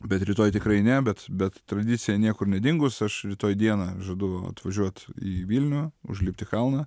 bet rytoj tikrai ne bet bet tradicija niekur nedingus aš rytoj dieną žadu atvažiuot į vilnių užlipt kalną